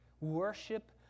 Worship